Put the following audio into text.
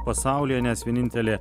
pasaulyje nes vienintelė